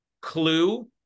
clue